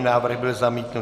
Návrh byl zamítnut.